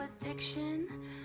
addiction